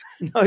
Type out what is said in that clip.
No